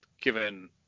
given